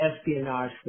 espionage